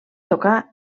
tocar